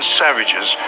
savages